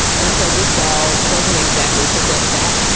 and so this doll doesn't exactly present that.